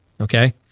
Okay